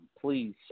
Please